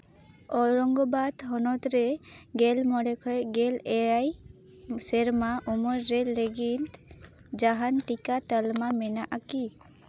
ᱳᱨᱚᱝᱜᱚᱵᱟᱫᱽ ᱦᱚᱱᱚᱛ ᱨᱮ ᱜᱮᱞ ᱢᱚᱬᱮ ᱠᱷᱚᱱ ᱜᱮᱞ ᱮᱭᱟᱭ ᱥᱮᱨᱢᱟ ᱩᱢᱮᱨ ᱨᱮ ᱞᱟᱹᱜᱤᱫ ᱡᱟᱦᱟᱱ ᱴᱤᱠᱟᱹ ᱛᱟᱞᱢᱟ ᱢᱮᱱᱟᱜᱼᱟ ᱠᱤ